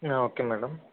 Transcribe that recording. ఆ okay madam